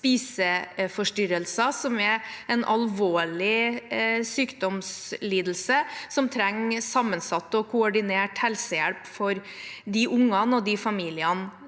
spiseforstyrrelser, som er en alvorlig sykdomslidelse hvor det trengs sammensatt og koordinert helsehjelp for de ungene og familiene